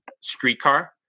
streetcar